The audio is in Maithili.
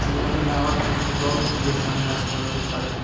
जीवनमे आओर चीजके बहुत चीजके सङ्घर्ष करैके पड़लै